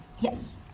Yes